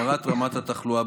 וטרם כניסתי לתפקיד שר החינוך,